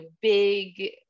big